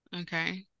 Okay